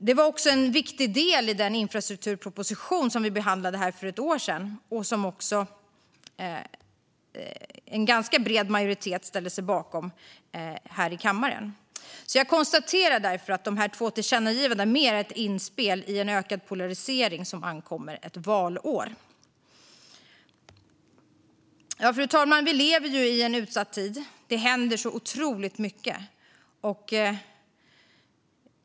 Det var också en viktig del i den infrastrukturproposition som vi behandlade för ett år sedan och som en ganska bred majoritet ställde sig bakom här i kammaren. Jag konstaterar därför att de två förslagen till tillkännagivanden mer är inspel i en ökad polarisering som ankommer ett valår. Fru talman! Vi lever i en utsatt tid. Det händer så otroligt mycket.